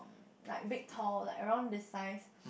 like big tall like around this size